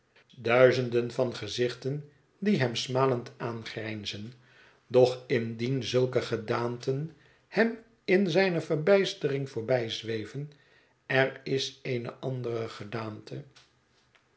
duizenden van gezichten die hem smalend aangrijnzen doch indien zulke gedaanten hem in zijne verbijstering voorbij zweven er is eene andere gedaante